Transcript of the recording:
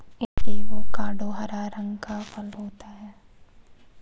avocado हरा रंग का फल होता है